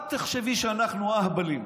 אל תחשבי שאנחנו אהבלים.